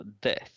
death